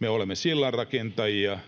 Me olemme sillanrakentajia,